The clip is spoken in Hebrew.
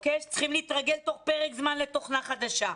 שצריכים להתרגל תוך פרק זמן קצר לתוכנה חדשה.